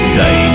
day